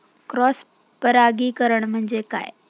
Cross परागीकरण म्हणजे काय?